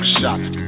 shots